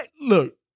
look